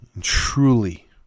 truly